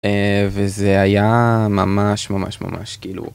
אה וזה היה ממש ממש ממש כאילו